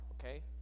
okay